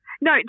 No